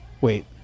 wait